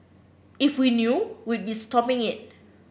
if we knew we'd be stopping it